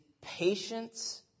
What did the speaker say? patience